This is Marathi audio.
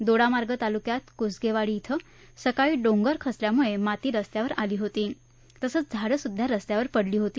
दोडामार्ग तालुक्यात कुसगेवाडी ि सकाळी डोंगर खचल्यामुळे माती रस्त्यावर आली होती तसंच झाडंसुद्धा स्स्त्यावर पडली होती